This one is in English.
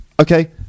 Okay